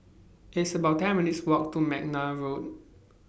It's about ten minutes' Walk to Mcnair Road